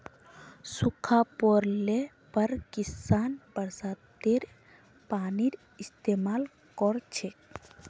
सूखा पोड़ले पर किसान बरसातेर पानीर इस्तेमाल कर छेक